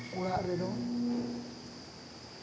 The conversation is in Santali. ᱚᱲᱟᱜ ᱨᱮᱫᱚ